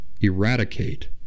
eradicate